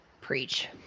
Preach